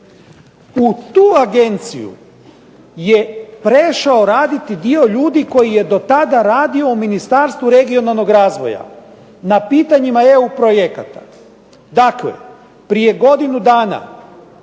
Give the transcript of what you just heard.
U tu agenciju je prešao raditi dio ljudi koji je dotada radio u Ministarstvu regionalnog razvoja na pitanjima EU projekata. Dakle, prije godinu dana